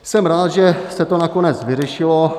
Jsem rád, že se to nakonec vyřešilo.